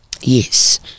Yes